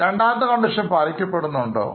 രണ്ടാമത്തെ കണ്ടീഷൻപാലിക്കപ്പെടുന്നുണ്ടോ